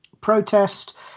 protest